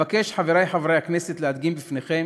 אבקש, חברי חברי הכנסת, להדגים בפניכם